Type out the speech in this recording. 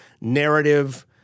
narrative